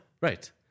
Right